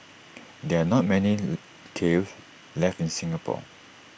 there are not many kilns left in Singapore